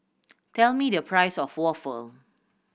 tell me the price of waffle